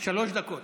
שלוש דקות.